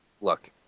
look